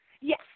Yes